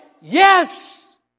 yes